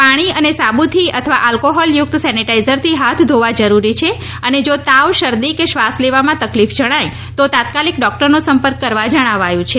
પાણી અને સાબુથી અથવા આલ્કોહોલ યુક્ત સેનિટાઇઝરથી હાથ ધોવા જરૂરી છે અને જો તાવ શરદી કે શ્વાસ લેવામાં તકલીફ જણાય તો તાત્કાલિક ડોક્ટરનો સંપર્ક કરવા જણાવાયું છે